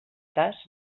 cas